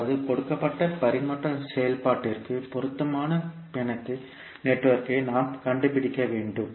அதாவது கொடுக்கப்பட்ட பரிமாற்ற செயல்பாட்டிற்கு பொருத்தமான பிணையத்தை நாம் கண்டுபிடிக்க வேண்டும்